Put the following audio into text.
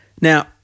Now